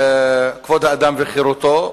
כבוד האדם וחירותו,